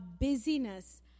busyness